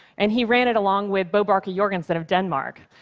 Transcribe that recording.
and he ran it along with bo barker jorgensen of denmark.